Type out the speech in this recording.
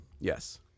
yes